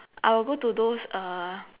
I will go to those uh